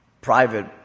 Private